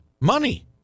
money